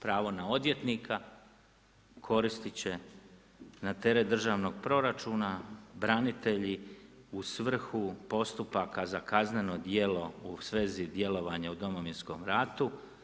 Pravo na odvjetnika koristit će na teret državnog proračuna branitelji u svrhu postupaka za kazneno djelo u svezi djelovanja u Domovinskom ratu.